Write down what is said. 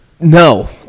No